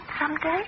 someday